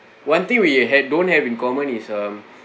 one thing we had don't have in common is um